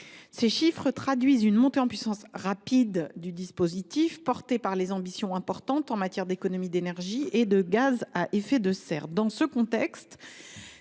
Ces chiffres traduisent une montée en puissance rapide du dispositif porté par les ambitions importantes en matière d’économies d’énergie et de lutte contre les